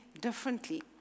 differently